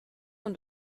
und